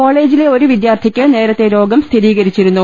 കോളേജിലെ ഒരു വിദ്യാർത്ഥിക്ക് നേരത്തെ രോഗം സ്ഥിരീകരിച്ചിരുന്നു